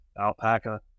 alpaca